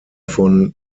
von